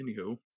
Anywho